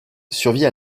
survit